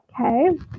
Okay